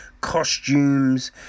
costumes